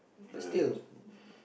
correct